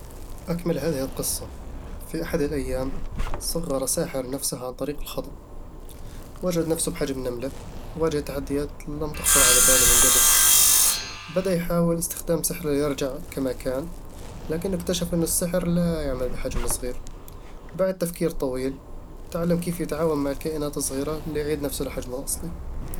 أكمل هذه القصة: في أحد الأيام، صغَّر ساحر نفسه عن طريق الخطأ. وجد نفسه بحجم نملة، يواجه تحديات لم تخطر على باله من قبل بدأ يحاول استخدام سحره ليرجع كما كان، لكنه اكتشف أن السحر لا يعمل بحجم صغير وبعد تفكير طويل، تعلم كيف يتعاون مع الكائنات الصغيرة ليعيد لنفسه حجمه الأصلي